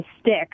stick